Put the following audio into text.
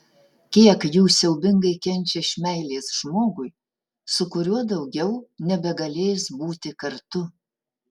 kiek jų siaubingai kenčia iš meilės žmogui su kuriuo daugiau nebegalės būti kartu